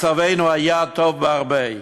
מצבנו היה טוב בהרבה.